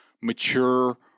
mature